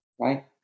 right